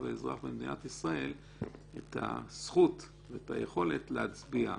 ואזרח במדינת ישראל את הזכות ואת היכולת להצביע.